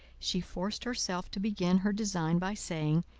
she forced herself to begin her design by saying,